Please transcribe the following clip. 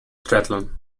triathlon